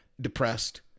depressed